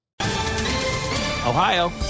ohio